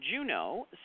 Juno